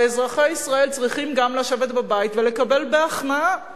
הרי אזרחי ישראל צריכים לשבת בבית ולקבל בהכנעה